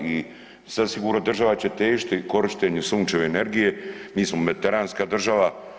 I sad sigurno država će težiti korištenju sunčeve energije, mi smo mediteranska država.